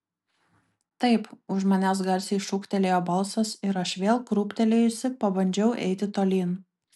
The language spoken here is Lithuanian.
taip už manęs garsiai šūktelėjo balsas ir aš vėl krūptelėjusi pabandžiau eiti tolyn